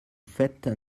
faites